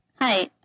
Hi